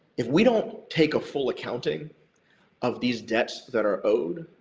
if we don't take a full accounting of these debts that are owed,